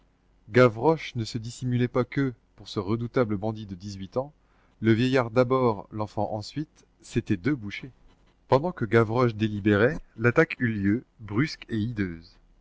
gavroche ne se dissimulait pas que pour ce redoutable bandit de dix-huit ans le vieillard d'abord l'enfant ensuite c'étaient deux bouchées pendant que gavroche délibérait l'attaque eut lieu brusque et